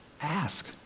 ask